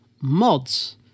Mods